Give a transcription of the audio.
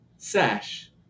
sash